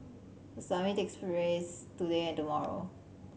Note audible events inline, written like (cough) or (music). the summit takes (unintelligible) today and tomorrow